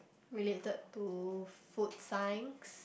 related to food science